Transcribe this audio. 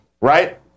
Right